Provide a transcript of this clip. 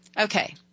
Okay